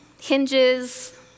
hinges